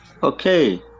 Okay